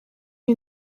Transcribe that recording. iyi